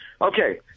Okay